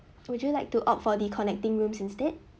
would you like to opt for the connecting rooms instead